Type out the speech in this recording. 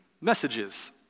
messages